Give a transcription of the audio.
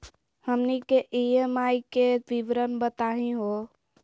हमनी के ई.एम.आई के विवरण बताही हो?